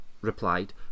replied